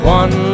one